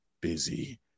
busy